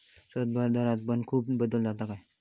संदर्भदरात पण खूप बदल जातत काय?